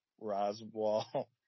Roswell